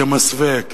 כמסווה,